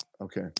Okay